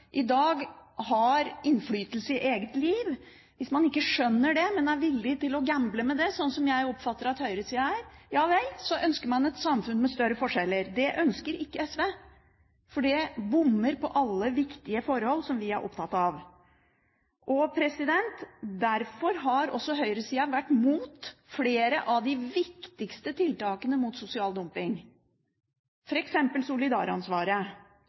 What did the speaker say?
i dag har innflytelse i eget liv – hvis man ikke skjønner det, men er villig til å gamble med det, sånn som jeg oppfatter at høyresida er, ønsker man et samfunn med større forskjeller. Det ønsker ikke SV, for det bommer på alle viktige forhold som vi er opptatt av. Derfor har også høyresida vært imot flere av de viktigste tiltakene mot sosial dumping, f.eks. solidaransvaret,